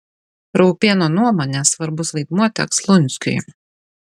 raupėno nuomone svarbus vaidmuo teks lunskiui